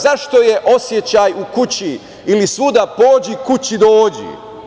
Zašto je osećaj u kući ili - svuda pođi kući dođi?